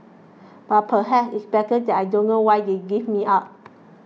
but perhaps it's better that I don't know why they gave me up